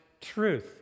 truth